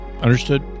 Understood